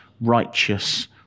righteous